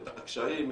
את הקשיים,